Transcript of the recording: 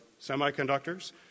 semiconductors